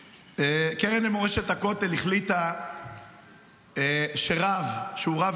הקרן למורשת הכותל החליטה שרב שהוא רב